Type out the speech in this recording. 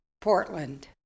Portland